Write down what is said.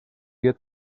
get